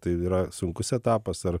tai yra sunkus etapas ar